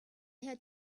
had